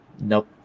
Nope